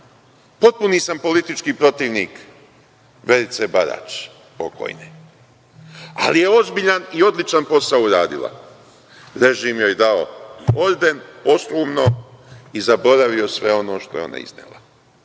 potpuni sam politički protivnik Verice Barać, pokojne, ali je ozbiljan i odličan posao uradila. Režim joj dao orden posthumno i zaboravio sve ono što je ona iznela.